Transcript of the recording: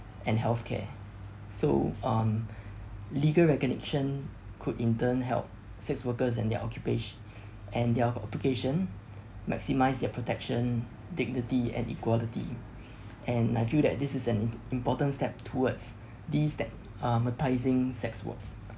and healthcare so um legal recognition could in turn help sex workers and their occupa~ and their maximise their protection dignity and equality and I feel that this is an i~ important step towards this that um sex work